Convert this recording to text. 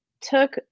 took